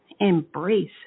Embrace